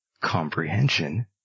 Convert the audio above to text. comprehension